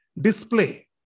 display